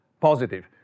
positive